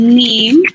name